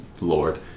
Lord